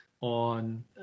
on